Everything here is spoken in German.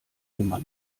immer